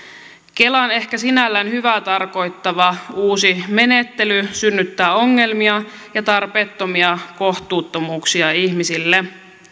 kelan ehkä sinällään hyvää tarkoittava uusi menettely synnyttää ongelmia ja tarpeettomia kohtuuttomuuksia ihmisille